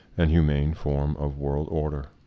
and humane form of world order?